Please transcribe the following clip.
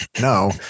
no